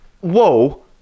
whoa